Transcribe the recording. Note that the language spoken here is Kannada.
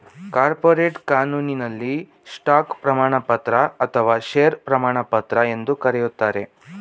ಕಾರ್ಪೊರೇಟ್ ಕಾನೂನಿನಲ್ಲಿ ಸ್ಟಾಕ್ ಪ್ರಮಾಣಪತ್ರ ಅಥವಾ ಶೇರು ಪ್ರಮಾಣಪತ್ರ ಎಂದು ಕರೆಯುತ್ತಾರೆ